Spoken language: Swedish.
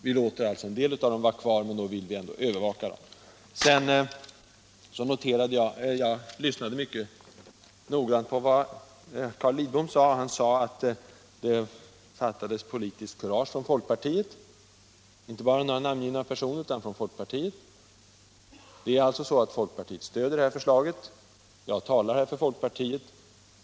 Vi låter en del sådana människor vara kvar, men vi vill ändå övervaka dem. Jag lyssnade mycket noggrant till Carl Lidbom. Han sade att det fattades politiskt kurage hos folkpartiet, inte bara hos några namngivna personer utan hos folkpartiet. Det är alltså så att folkpartiet stöder detta förslag. Jag talar för folkpartiet.